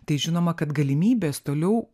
tai žinoma kad galimybės toliau